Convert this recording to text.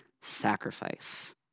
sacrifice